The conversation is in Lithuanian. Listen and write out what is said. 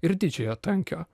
ir didžiojo tankio